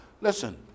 Listen